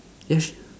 yes